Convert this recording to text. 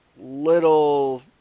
little